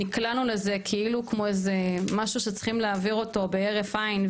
נקלענו לזה כאילו כמו משהו שצריכים להעביר אותו בהרף עין,